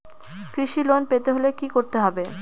কৃষি লোন পেতে হলে কি করতে হবে?